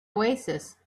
oasis